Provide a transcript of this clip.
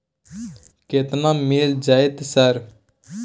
केतना मिल जेतै सर?